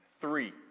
three